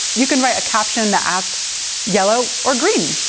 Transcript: you can write a caption that asks yellow or green?